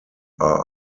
are